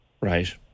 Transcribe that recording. Right